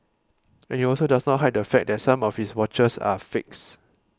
and he also does not hide the fact that some of his watches are fakes